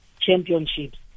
championships